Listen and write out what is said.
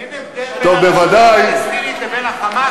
אין הבדל בין הרשות הפלסטינית לבין ה"חמאס"?